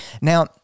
Now